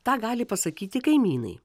tą gali pasakyti kaimynai